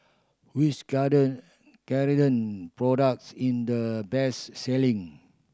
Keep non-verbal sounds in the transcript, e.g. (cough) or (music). which Ceradan (unintelligible) products in the best selling